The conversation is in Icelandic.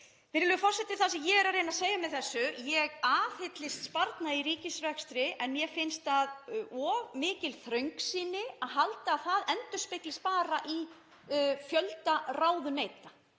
Virðulegur forseti. Það sem ég er að reyna að segja með þessu er að ég aðhyllist sparnað í ríkisrekstri en mér finnst það of mikil þröngsýni að halda að það endurspeglist bara í fjölda ráðuneyta.